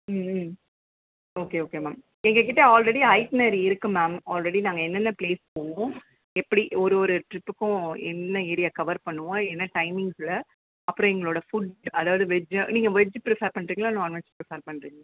ம் ம் okay okay ma'am எங்கள்க்கிட்ட ஆல்ரெடி ஐட்னெரி இருக்குது மேம் ஆல்ரெடி நாங்கள் என்னென்ன ப்ளேஸ் போவோம் எப்படி ஒரு ஒரு ட்ரிப்புக்கும் என்ன ஏரியா கவர் பண்ணுவோம் என்ன டைமிங்குள்ளே அப்புறம் எங்களோடய ஃபுட் அதாவது வெஜ்ஜா நீங்கள் வெஜ் ப்ரிஃபெர் பண்ணுறீங்களா நாண் வெஜ் ப்ரிஃபெர் பண்ணுறீங்களா